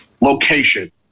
location